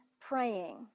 praying